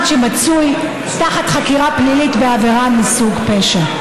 שמצוי תחת חקירה פלילית בעבירה מסוג פשע.